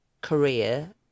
career